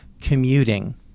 commuting